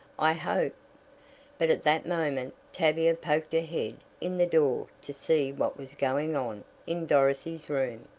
i hope but at that moment tavia poked her head in the door to see what was going on in dorothy's room,